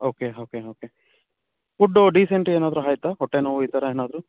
okay okay okay food dysentery ಏನಾದರೂ ಆಯಿತಾ ಹೊಟ್ಟೆ ನೋವು ಈ ಥರ ಏನಾದರೂ